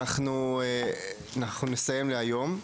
אנחנו נסיים להיום.